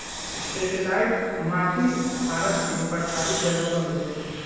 satellite माटी भारत के पठारी जगह पर मिलेला